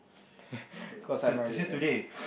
cause I'm already in a